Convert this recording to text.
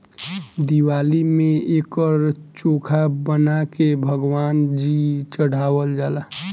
दिवाली में एकर चोखा बना के भगवान जी चढ़ावल जाला